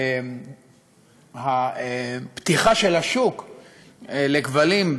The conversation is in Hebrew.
הפתיחה של השוק לכבלים,